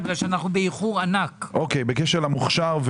בקשר למוכשר,